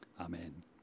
Amen